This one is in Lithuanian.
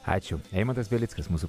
ačiū eimantas belickas mūsų